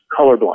colorblind